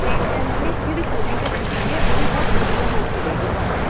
ਤੇ ਇਸ ਦੀ ਜਿਹੜੀ ਕੂਲਿੰਗ ਹੈ ਉਹ ਵੀ ਬਹੁਤ ਵਧੀਆ ਮਿਲੇਗੀ ਹੋ ਤੁਹਾਨੂੰ